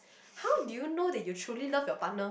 how do you know that you truly love your partner